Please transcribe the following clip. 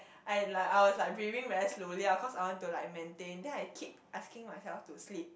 I like I was like breathing very slowly ah cause I want to like maintain then I keep asking myself to sleep